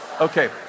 Okay